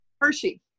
Hershey